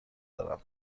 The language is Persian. دارم